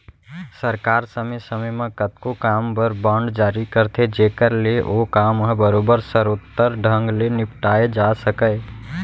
सरकार समे समे म कतको काम बर बांड जारी करथे जेकर ले ओ काम ह बरोबर सरोत्तर ढंग ले निपटाए जा सकय